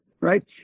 right